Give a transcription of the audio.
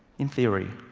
in theory,